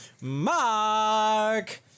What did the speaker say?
Mark